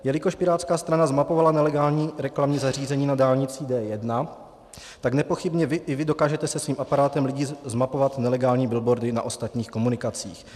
Jelikož pirátská strana zmapovala nelegální reklamní zařízení na dálnici D1, tak nepochybně i vy dokážete se svým aparátem lidí zmapovat nelegální billboardy na ostatních komunikacích.